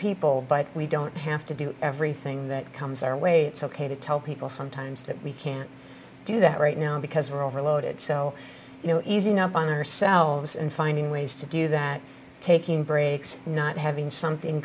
people but we don't have to do everything that comes our way it's ok to tell people sometimes that we can't do that right now because we're overloaded so you know easing up on ourselves and finding ways to do that taking breaks not having something